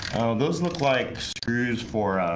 those look like screws for